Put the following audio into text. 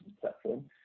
platform